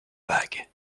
bague